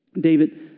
David